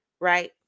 right